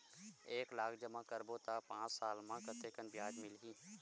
एक लाख जमा करबो त पांच साल म कतेकन ब्याज मिलही?